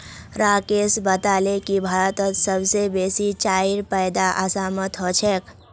राकेश बताले की भारतत सबस बेसी चाईर पैदा असामत ह छेक